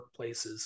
workplaces